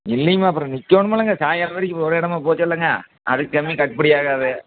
இல்லைங்கம்மா அப்புறம் நிற்கணுமுலங்க சாயங்காலம் வரைக்கும் இப்போ ஒரு இடமா போச்சுல்லங்க அதுக்கு கம்மி கட்டுப்படி ஆகாது